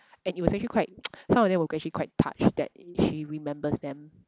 and it was actually quite some of them were actually quite touched that she remembers them